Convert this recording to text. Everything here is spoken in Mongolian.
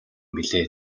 билээ